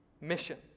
Mission